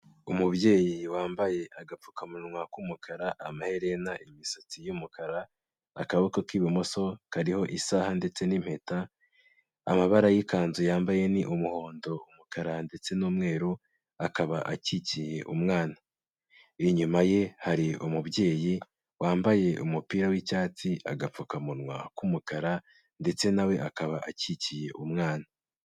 Umubyeyi wambaye agapfukamunwa k'umukara, amaherena, imisatsi y'umukara, akaboko k'ibumoso kariho isaha ndetse n'impeta, amabara y'ikanzu yambaye ni umuhondo, umukara ndetse n'umweru, akaba akikiye umwana, inyuma ye hari umubyeyi wambaye umupira w'icyatsi, agapfukamunwa k'umukara ndetse nawe akaba akikiye umwana.